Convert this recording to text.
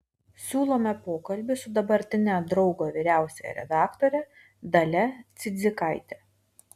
siūlome pokalbį su dabartine draugo vyriausiąja redaktore dalia cidzikaite